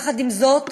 יחד עם זאת,